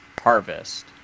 harvest